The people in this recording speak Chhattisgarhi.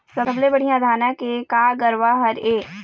सबले बढ़िया धाना के का गरवा हर ये?